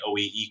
OEE